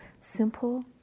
simple